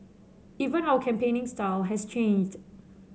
even our campaigning style has changed